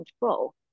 control